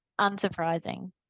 Unsurprising